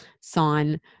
sign